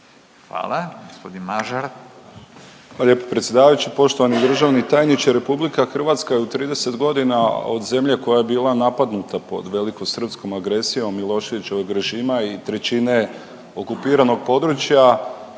Hvala lijepo predsjedavajući. Poštovani državni tajniče RH u 30 godina od zemlje koja je bila napadnuta pod velikosrpskom agresijom Miloševićevog režima i trećine okupiranog područja,